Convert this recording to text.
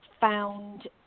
found